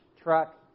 truck